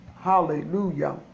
Hallelujah